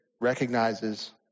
recognizes